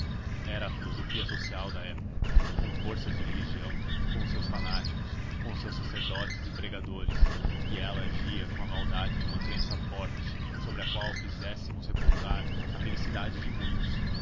era a filosofia social da época com forças de religião com os seus fanáticos com os seus sacerdotes e pregadores e ela agia com a maldade de uma crença forte sobre a qual fizéssemos repousar a felicidade de muitos